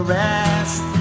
rest